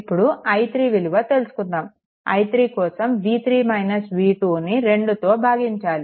ఇప్పుడు i3 విలువ తెలుసుకుందాము i3 కోసం ను 2తో భాగించాలి